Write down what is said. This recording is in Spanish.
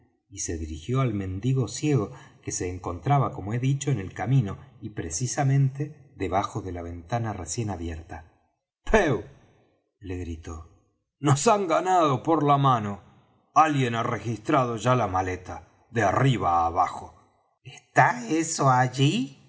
y se dirijió al mendigo ciego que se encontraba como he dicho en el camino y precisamente debajo de la ventana recién abierta pew le gritó nos han ganado por la mano alguien ha registrado ya la maleta de arriba á abajo está eso allí